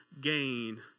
gain